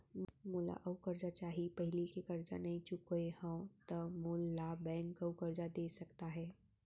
मोला अऊ करजा चाही पहिली के करजा नई चुकोय हव त मोल ला बैंक अऊ करजा दे सकता हे?